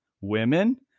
women